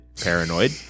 paranoid